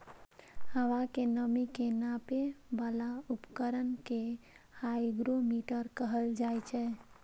हवा के नमी के नापै बला उपकरण कें हाइग्रोमीटर कहल जाइ छै